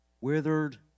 withered